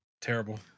Terrible